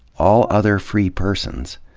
all other free persons,